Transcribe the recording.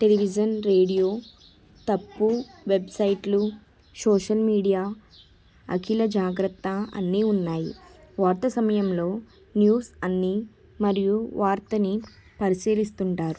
television radio తప్పు వెబ్సైట్లు social media ఆఖిల జాగ్రత్త అన్నీ ఉన్నాయి వార్త సమయంలో న్యూస్ అన్నీ మరియు వార్తని పరిశీలిస్తుంటారు